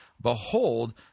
Behold